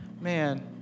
man